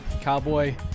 Cowboy